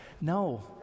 No